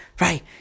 right